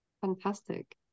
Fantastic